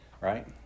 right